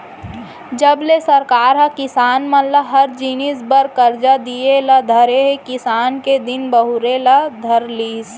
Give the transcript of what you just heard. जब ले सरकार ह किसान मन ल हर जिनिस बर करजा दिये ल धरे हे किसानी के दिन बहुरे ल धर लिस